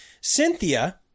Cynthia